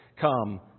come